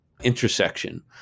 intersection